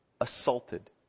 assaulted